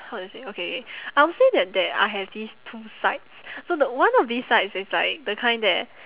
how do you say okay K I would say that there I have these two sides so the one of these sides is like the kind that